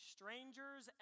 Strangers